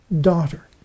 daughter